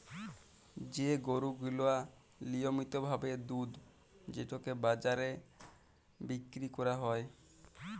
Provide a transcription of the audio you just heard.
যে গরু গিলা লিয়মিত ভাবে দুধ যেটকে বাজারে বিক্কিরি ক্যরা হ্যয়